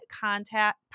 contact